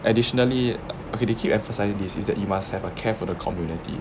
additionally you okay they keep emphasizing this is that you must have a care for the community